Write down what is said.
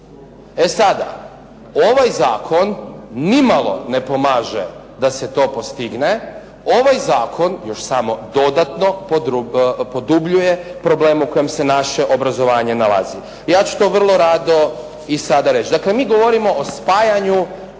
E sada, ovaj zakon nimalo ne pomaže da se to postigne. Ovaj zakon još samo dodatno produbljuje problem u kojem se naše obrazovanje nalazi. Ja ću to vrlo rado i sada reći. Dakle mi govorimo o spajanju,